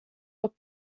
were